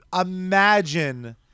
imagine